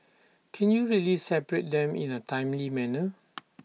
can you really separate them in A timely manner